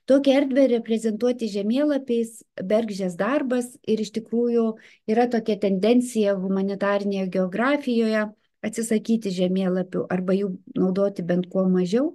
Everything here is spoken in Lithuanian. tokią erdvę reprezentuoti žemėlapiais bergždžias darbas ir iš tikrųjų yra tokia tendencija humanitarinėje geografijoje atsisakyti žemėlapių arba jų naudoti bent kuo mažiau